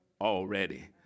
already